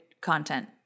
content